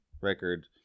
record